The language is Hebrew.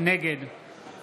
נגד